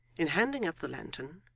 in handing up the lantern,